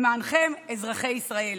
למענכם, אזרחי ישראל.